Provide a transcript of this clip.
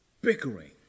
bickering